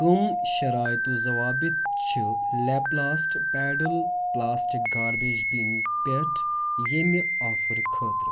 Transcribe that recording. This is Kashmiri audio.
کٔم شرایطہٕ و ضوابط چھِ لیپ لاسٹ پٮ۪ڈٕل پلاسٹِک گاربیج بِن پٮ۪ٹھ ییٚمہِ آفر خٲطرٕ؟